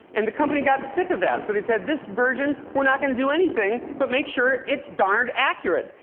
and the company got sick of that, so they said, this version, we're not going to do anything, but make sure it's darned accurate.